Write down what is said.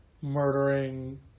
murdering